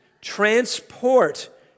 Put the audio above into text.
transport